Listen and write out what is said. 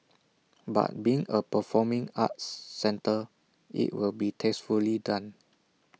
but being A performing arts centre IT will be tastefully done